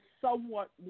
somewhat